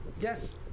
Yes